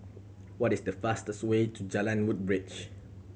what is the fastest way to Jalan Woodbridge